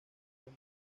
tres